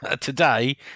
today